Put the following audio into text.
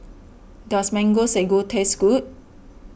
does Mango Sago taste good